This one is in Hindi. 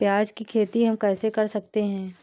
प्याज की खेती हम कैसे कर सकते हैं?